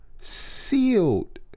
sealed